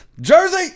Jersey